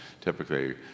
typically